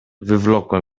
wywlokłem